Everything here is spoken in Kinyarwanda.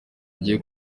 agiye